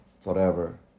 forever